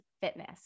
fitness